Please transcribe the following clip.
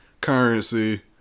currency